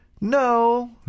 no